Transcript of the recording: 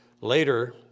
Later